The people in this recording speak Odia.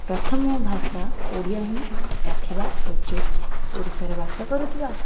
ପ୍ରଥମ ଭାଷା ଓଡ଼ିଆ ହିଁ ରଖିବା ଉଚିତ୍ ଓଡ଼ିଶାରେ ବାସ କରୁଥିବା